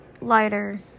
lighter